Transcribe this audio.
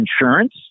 insurance